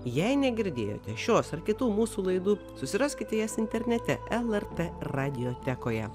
jei negirdėjote šios ar kitų mūsų laidų susiraskite jas internete lrt radiotekoje